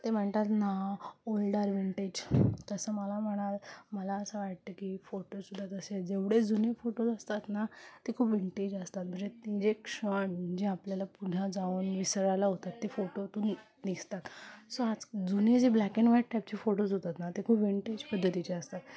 ते म्हणतात ना ओल्डर विंटेज तसं मला म्हणाल मला असं वाटतं की फोटोज सुद्धा जसे जेवढे जुने फोटोज असतात ना ते खूप विंटेज असतात म्हणजे ते जे क्षण जे आपल्याला पुन्हा जाऊन विसरायला होतात ते फोटोतून दिसतात सो आज जुने जे ब्लॅक अँड व्हाईट टाईपचे फोटोज होतात ना ते खूप विंटेज पद्धतीचे असतात